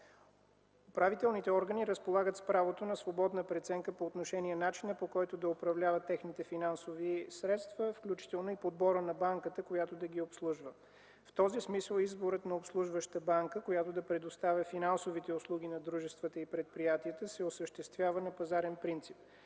Управителните органи разполагат с правото на свободна преценка по отношение начина, по който да управляват техните финансови средства, включително и подбора на банката, която да ги обслужва. В този смисъл изборът на обслужваща банка, която да предоставя финансовите услуги на дружествата и предприятията, се осъществява на пазарен принцип.